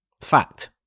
Fact